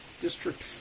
District